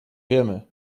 wiemy